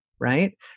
right